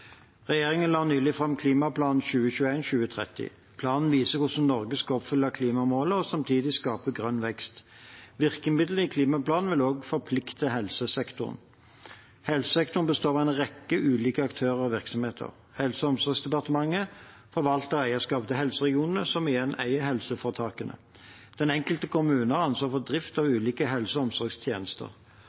Regjeringen la nylig fram Klimaplan 2021–2030. Planen viser hvordan Norge skal oppfylle klimamålet og samtidig skape grønn vekst. Virkemidler i klimaplanen vil også forplikte helsesektoren. Helsesektoren består av en rekke ulike aktører og virksomheter. Helse- og omsorgsdepartementet har valgt å ha eierskapet til helseregionene, som igjen eier helseforetakene. Den enkelte kommune har ansvaret for drift av ulike helse- og omsorgstjenester.